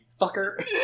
fucker